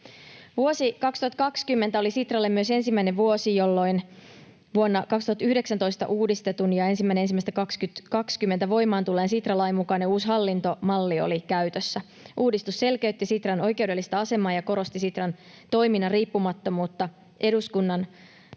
Vuosi 2020 oli Sitralle myös ensimmäinen vuosi, jolloin vuonna 2019 uudistetun ja 1.1.2020 voimaan tulleen Sitra-lain mukainen uusi hallintomalli oli käytössä. Uudistus selkeytti Sitran oikeudellista asemaa ja korosti Sitran toiminnan riippumattomuutta eduskunnan vastattavana